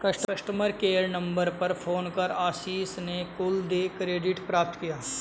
customer care number पर phone कर आशीष ने कुल देय क्रेडिट प्राप्त किया